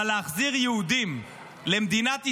אבל להחזיר יהודים למדינת ישראל,